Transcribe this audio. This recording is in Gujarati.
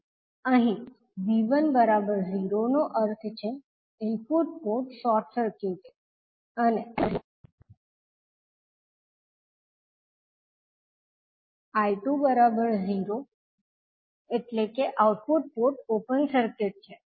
અહીં 𝐕1 0 નો અર્થ છે ઇનપુટ પોર્ટ શોર્ટ સર્ક્યુટેડ અને I2 0 એટલે કે આઉટપુટ પોર્ટ ઓપન સર્કિટ છે